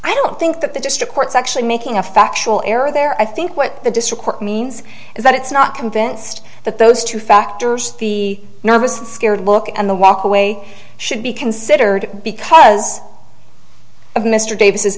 i don't think that the district court's actually making a factual error there i think what the district court means is that it's not convinced that those two factors the nervous scared look and the walk away should be considered because of mr davis is